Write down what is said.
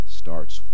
starts